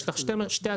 יש לך שתי הצעות,